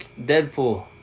Deadpool